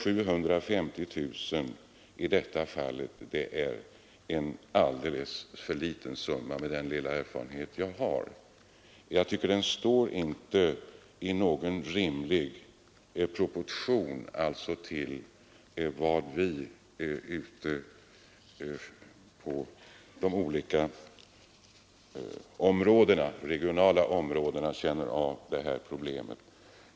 Jag måste då, med den lilla erfarenhet som jag har, säga att 750 000 kronor är en alldeles för liten summa. Den står inte i någon rimlig proportion till den erfarenhet som vi inom de olika regionala områdena har av detta problem.